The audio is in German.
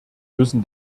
müssen